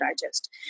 digest